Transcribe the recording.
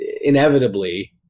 inevitably